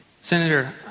Senator